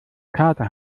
kater